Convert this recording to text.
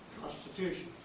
Constitution